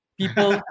people